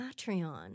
Patreon